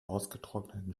ausgetrockneten